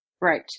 Right